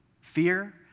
Fear